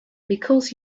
because